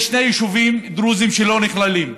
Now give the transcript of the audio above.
יש שני יישובים דרוזיים שלא נכללים,